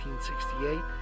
1968